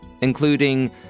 including